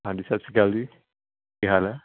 ਹਾਂਜੀ ਸਤਿ ਸ਼੍ਰੀ ਅਕਾਲ ਜੀ ਕੀ ਹਾਲ ਐ